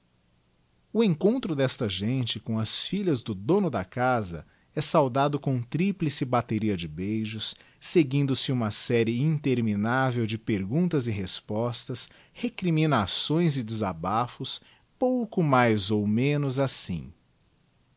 o encontro desta gente com as filhas do dono da casa é saudado com tríplice bateria de beijos seguindo se uma serie interminável de perguntas e respostas recriminações e desabafos pouco mais ou menos assim